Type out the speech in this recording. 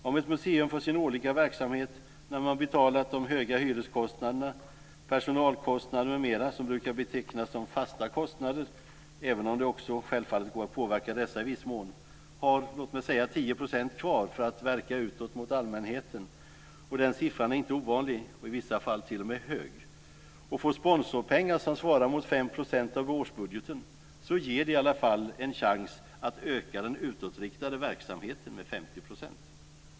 Om ett museum för sin årliga verksamhet - när man betalat de höga hyreskostnaderna, personalkostnader m.m. som brukar betecknas som fasta kostnader, även om det också självfallet går att påverka dessa i viss mån - har 10 % kvar för att verka utåt mot allmänheten - och den siffran är inte ovanlig, och vissa fall t.o.m. hög - och får sponsorpengar som svarar mot 5 % av årsbudgeten så ger det i alla fall en chans att öka den utåtriktade verksamheten med 50 %.